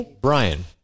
Brian